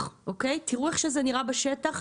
אוקיי, תראו איך שזה נראה בשטח.